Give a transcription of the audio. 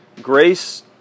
Grace